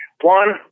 One